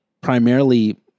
primarily